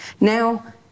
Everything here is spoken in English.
Now